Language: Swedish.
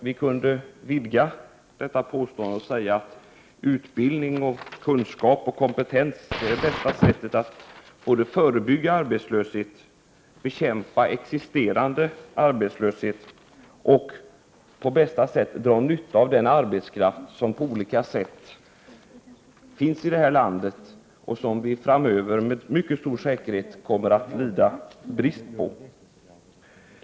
Vi kunde vidga detta påstående och säga att utbildning, kunskap och kompetens är bästa sättet att både förebygga arbetslöshet och bekämpa existerande arbetslöshet och också bästa sättet att dra nytta av den arbetskraft som finns i landet och som vi framöver med mycket stor säkerhet kommer att lida brist på.